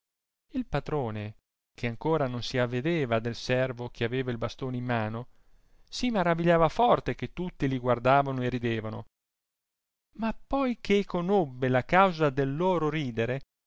il patrone che ancora non si avedeva del servo che aveva il bastone in mano si maravigliava forte che tutti il guardavano e ridevano ma poi che conobbe la causa del loro ridere